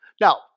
Now